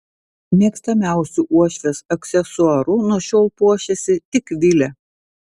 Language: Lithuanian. mėgstamiausiu uošvės aksesuaru nuo šiol puošiasi tik vilė